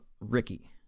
Ricky